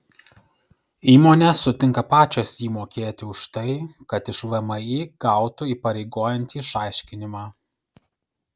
įmonės sutinka pačios jį mokėti už tai kad iš vmi gautų įpareigojantį išaiškinimą